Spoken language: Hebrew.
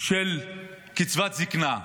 של קצבת זקנה,